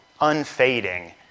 unfading